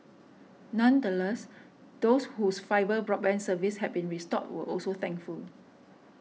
nonetheless those whose fibre broadband service had been restored were also thankful